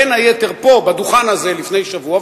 בין היתר פה בדוכן הזה לפני שבוע,